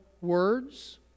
words